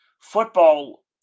Football